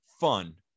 Fun